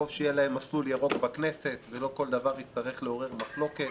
טוב שיהיה להם מסלול ירוק בכנסת ולא כל דבר יצטרך לעורר מחלוקת.